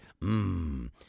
Mmm